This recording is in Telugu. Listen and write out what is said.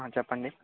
చెప్పండి